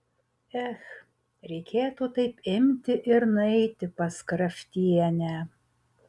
ech reikėtų taip imti ir nueiti pas kraftienę